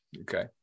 Okay